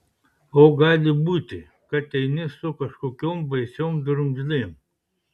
o gali būti kad eini su kažkokiom baisiom drumzlėm